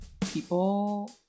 people